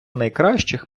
найкращих